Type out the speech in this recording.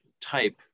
type